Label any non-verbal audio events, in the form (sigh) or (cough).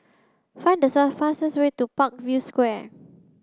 find the (unintelligible) fastest way to Parkview Square